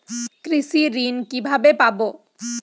কৃষি ঋন কিভাবে পাব?